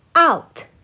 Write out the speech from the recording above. Out